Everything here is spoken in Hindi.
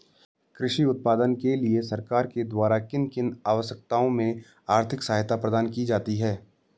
कृषि उत्पादन के लिए सरकार के द्वारा किन किन अवस्थाओं में आर्थिक सहायता प्रदान की जाती है?